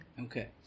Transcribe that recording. Okay